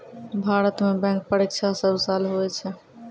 भारत मे बैंक परीक्षा सब साल हुवै छै